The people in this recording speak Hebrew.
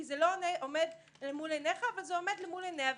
כי זה לא עומד מול עיניך אבל זה עומד מול עיניה,